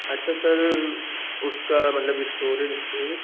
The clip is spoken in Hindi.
अच्छा सर उसका मतलब इस्टॉरेज वह